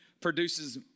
produces